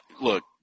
look